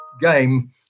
game